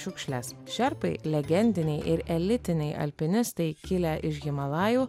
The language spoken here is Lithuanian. šiukšles šerpai legendiniai ir elitiniai alpinistai kilę iš himalajų